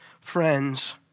Friends